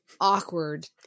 awkward